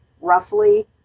roughly